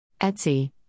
Etsy